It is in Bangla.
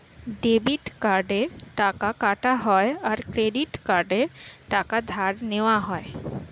ডেবিট কার্ডে টাকা কাটা হয় আর ক্রেডিট কার্ডে টাকা ধার নেওয়া হয়